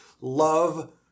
Love